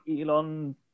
Elon